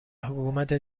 حکومت